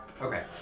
Okay